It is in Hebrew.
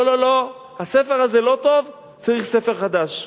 לא, לא, לא, הספר הזה לא טוב, צריך ספר חדש.